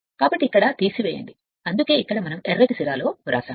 కాబట్టి ఇక్కడ తీసివేయండి అందుకే ఇక్కడ మనం ఎర్రటి సిరాలో వ్రాసాము